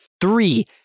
Three